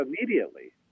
immediately